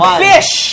fish